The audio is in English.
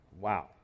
Wow